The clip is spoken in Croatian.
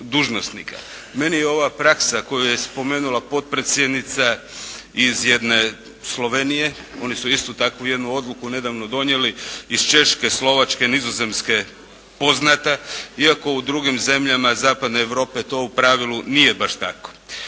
Meni je ova praksa koju je spomenula potpredsjednica iz jedne Slovenije. Oni su istu takvu jednu odluku nedavno donijeli iz Češke, Slovačke, Nizozemske poznata iako u drugim zemljama zapadne Europe to u pravilu nije baš tako.